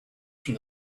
from